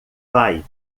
pai